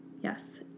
Yes